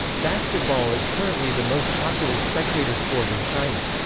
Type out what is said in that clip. basketball is currently the most popular spectator sport in china.